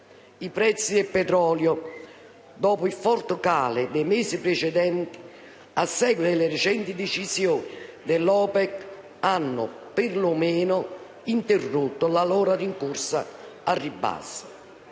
I prezzi del petrolio, dopo il forte calo dei mesi precedenti, a seguito delle recenti decisioni dell'OPEC, hanno, per lo meno, interrotto la loro rincorsa al ribasso.